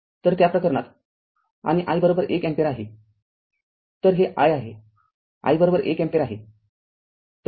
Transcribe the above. तर त्या प्रकरणात आणि i १ अँपिअर आहे तर हे r i आहे i १ अँपिअर आहे